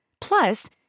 Plus